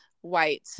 white